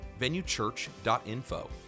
VenueChurch.info